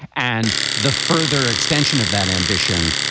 and the further extension of that ambition.